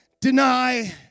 deny